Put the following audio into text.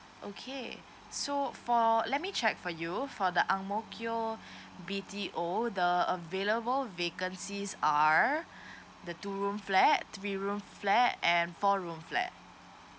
okay so for let me check for you for the ang mo kio B_T_O the available vacancies are the two room flat three room flat and four room flat